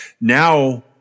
Now